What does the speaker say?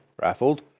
raffled